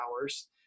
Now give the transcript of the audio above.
hours